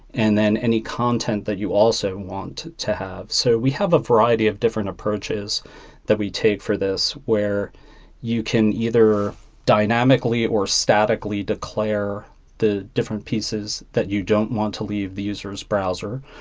and then any content that you also want to have. so we have a variety of different approaches that we take for this, where you can either dynamically or statically declare the different pieces that you don't want to leave the user's browser.